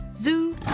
Zoo